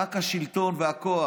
רק השלטון והכוח